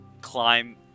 climb